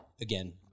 again